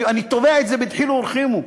אני תובע את זה בדחילו ורחימו,